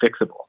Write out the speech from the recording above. fixable